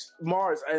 Mars